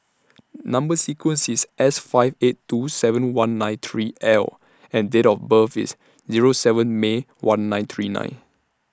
Number sequence IS S five eight two seven one nine three L and Date of birth IS Zero seven May one nine three nine